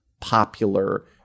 popular